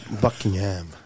Buckingham